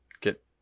get